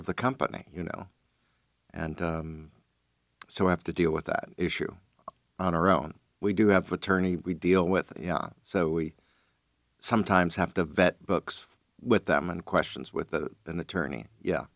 of the company you know and so i have to deal with that issue on our own we do have attorney we deal with so we sometimes have to vet books with them and questions with an attorney yeah